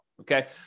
Okay